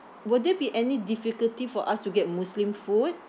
would there be any difficulty for us to get muslim food